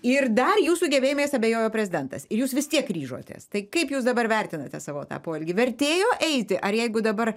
ir dar jūsų gebėjimais abejojo prezidentas ir jūs vis tiek ryžotės tai kaip jūs dabar vertinate savo tą poelgį vertėjo eiti ar jeigu dabar